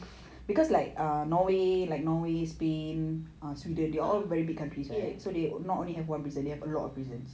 uh ya